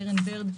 קרן בירד,